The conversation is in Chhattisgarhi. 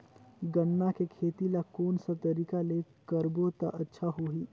गन्ना के खेती ला कोन सा तरीका ले करबो त अच्छा होही?